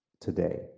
today